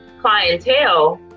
clientele